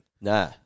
Nah